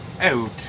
out